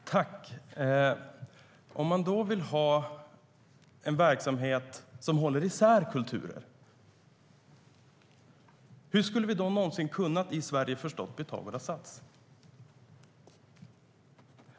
Fru talman! Om man då vill ha en verksamhet som håller isär kulturer, hur skulle vi någonsin ha kunnat förstå Pythagoras sats i Sverige?